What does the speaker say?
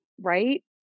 right